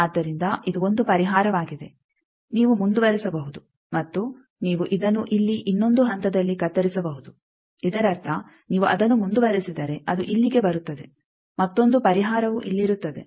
ಆದ್ದರಿಂದ ಇದು ಒಂದು ಪರಿಹಾರವಾಗಿದೆ ನೀವು ಮುಂದುವರೆಸಬಹುದು ಮತ್ತು ನೀವು ಇದನ್ನು ಇಲ್ಲಿ ಇನ್ನೊಂದು ಹಂತದಲ್ಲಿ ಕತ್ತರಿಸಬಹುದು ಇದರರ್ಥ ನೀವು ಅದನ್ನು ಮುಂದುವರೆಸಿದರೆ ಅದು ಇಲ್ಲಿಗೆ ಬರುತ್ತದೆ ಮತ್ತೊಂದು ಪರಿಹಾರವು ಇಲ್ಲಿರುತ್ತದೆ